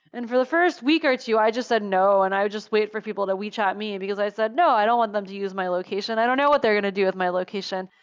and for the first week or two, i just said, no, and i would just wait for people to wechat ah me, and because i said, no. i don't want them to use my location. i don't know what they're going to do with my location.